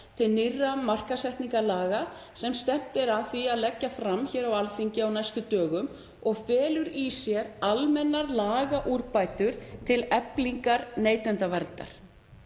til nýrra markaðssetningarlaga sem stefnt er að því að leggja fram á Alþingi á næstu dögum og felur í sér almennar lagaúrbætur til eflingar neytendaverndar.